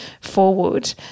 forward